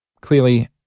Clearly